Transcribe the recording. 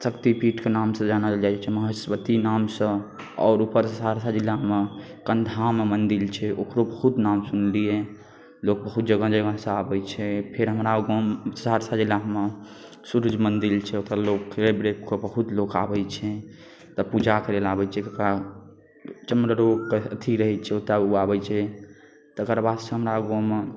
शक्तिपीठके नामसँ जानल जाइ छै महिष्मती नामसँ आओर उपरसँ सहरसा जिलामे कन्दाहामे मन्दिर छै ओकरो बहुत नाम सुनलिए लोक बहुत जगह जगहसँ आबै छै फेर हमरा ओ गाँवमे सहरसा जिलामे सुरुज मन्दिर छै ओतऽ लोक रवि रविके बहुत लोक आबै छै ओतऽ पूजा करैलए आबै छै जकरा चर्म रोगके अथी रहै छै ओतऽ ओ आबै छै तकर बादसँ हमरा गाँवमे